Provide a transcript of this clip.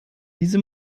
diese